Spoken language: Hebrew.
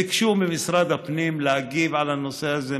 ביקשו ממשרד הפנים להגיב על הנושא הזה.